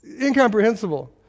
incomprehensible